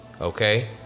okay